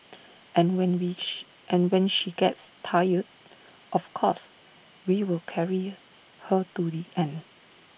and when wish and when she gets tired of course we will carrier her to the end